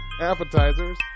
appetizers